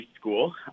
school